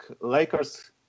Lakers